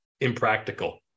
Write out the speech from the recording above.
impractical